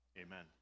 amen